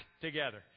together